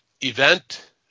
event